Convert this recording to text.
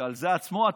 שעל זה עצמו עתרתי.